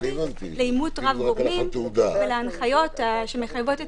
לאימות רב גורמים ולהנחיות שמחייבות את